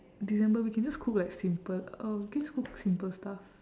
december we can just cook like simple uh we can just cook simple stuff